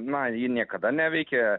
na ji niekada neveikė